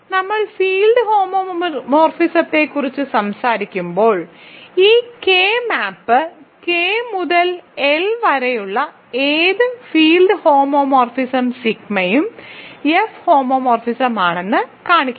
നമ്മൾ ഫീൽഡ് ഹോമോമോർഫിസങ്ങളെക്കുറിച്ച് സംസാരിക്കുമ്പോൾ ഈ കെ മാപ്പ് കെ മുതൽ എൽ വരെയുള്ള ഏത് ഫീൽഡ് ഹോമോമോർഫിസം സിഗ്മയും എഫ് ഹോമോമോർഫിസം ആണെന്ന് കാണിക്കുക